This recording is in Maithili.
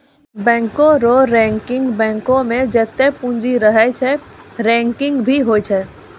बैंको रो रैंकिंग बैंको मे जत्तै पूंजी रहै छै रैंकिंग भी होय छै